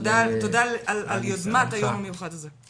תודה על יוזמת היום המיוחד הזה.